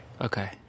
okay